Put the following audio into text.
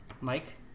mike